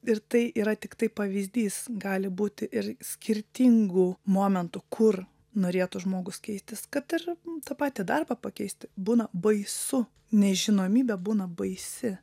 ir tai yra tiktai pavyzdys gali būti ir skirtingų momentų kur norėtų žmogus keistis kad ir tą patį darbą pakeisti būna baisu nežinomybė būna baisi